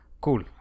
cool